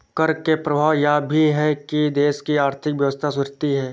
कर के प्रभाव यह भी है कि देश की आर्थिक व्यवस्था सुधरती है